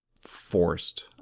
forced